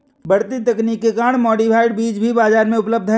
बढ़ती तकनीक के कारण मॉडिफाइड बीज भी बाजार में उपलब्ध है